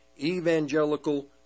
evangelical